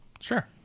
Sure